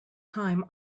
time